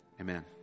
amen